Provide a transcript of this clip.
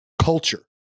culture